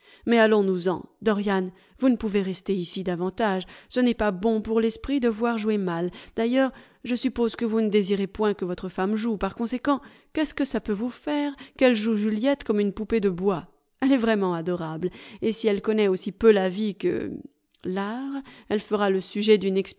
mais allons-nous-en dorian vous ne pouvez rester ici davantage ce n'est pas bon pour l'esprit de voir jouer mal d'ailleurs je suppose que vous ne désirez point que votre femme joue par conséquent qu'est-ce que ça peut vous faire quelle joue juliette comme une poupée de bois p elle est vraiment adorable et si elle connaît aussi peu la vie que l'art elle fera le sujet d'une